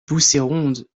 bousséronde